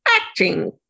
acting